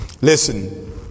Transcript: Listen